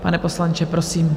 Pane poslanče, prosím.